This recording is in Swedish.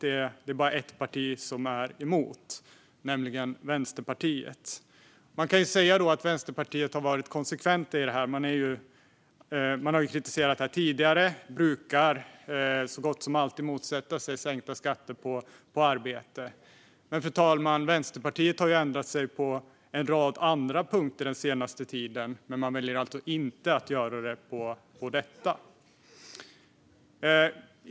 Det finns bara ett parti som är emot, nämligen Vänsterpartiet. Man kan säga att Vänsterpartiet har varit konsekventa. De har kritiserat detta tidigare, och de motsätter sig så gott som alltid sänkta skatter på arbete. Vänsterpartiet har ändrat sig på en rad andra punkter den senaste tiden, men de väljer alltså att inte göra det här. Fru talman!